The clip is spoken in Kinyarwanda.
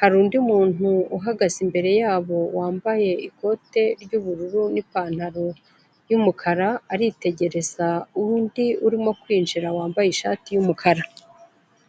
hari undi muntu uhagaze imbere yabo wambaye ikote ry'ubururu n'ipantaro y'umukara aritegereza undi urimo kwinjira wambaye ishati yumukara.